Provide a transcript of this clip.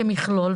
כמכלול,